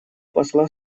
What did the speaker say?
посла